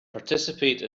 participate